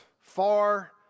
far